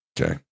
okay